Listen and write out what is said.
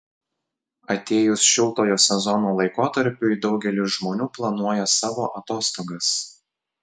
atėjus šiltojo sezono laikotarpiui daugelis žmonių planuoja savo atostogas